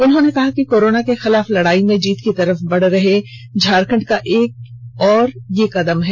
उन्होंने कहा कि कोरोना के खिलाफ लड़ाई में जीत की तरफ बढ़ रहे झारखंड का एक और कदम हैं